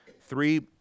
Three